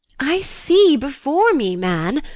i see before me, man.